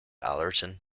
allerton